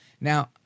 Now